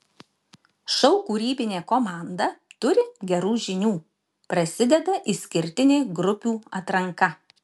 šou kūrybinė komanda turi gerų žinių prasideda išskirtinė grupių atranka